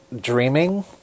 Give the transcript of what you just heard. dreaming